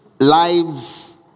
lives